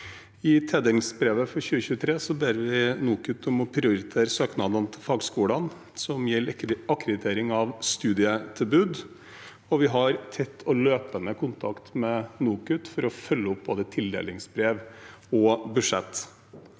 I tildelingsbrevet for 2023 ber vi NOKUT om å prioritere søknader fra fagskoler som gjelder akkreditering av studietilbud, og vi har tett og løpende kontakt med NOKUT for å følge opp både tildelingsbrev og budsjett.